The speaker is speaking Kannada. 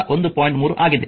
3 ಆಗಿದೆ